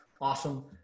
awesome